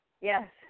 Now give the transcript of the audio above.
Yes